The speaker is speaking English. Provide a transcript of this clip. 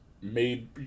made